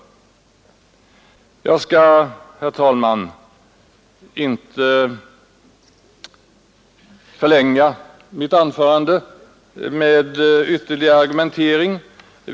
Herr talman! Jag skall inte förlänga mitt anförande med ytterligare argumentering.